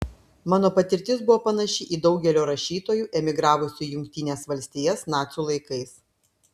mano patirtis buvo panaši į daugelio rašytojų emigravusių į jungtines valstijas nacių laikais